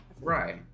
right